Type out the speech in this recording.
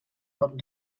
cop